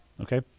okay